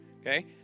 Okay